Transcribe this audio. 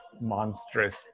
monstrous